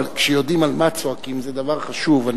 אבל כשיודעים על מה צועקים זה דבר חשוב.